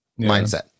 mindset